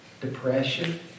depression